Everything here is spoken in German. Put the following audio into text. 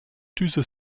düse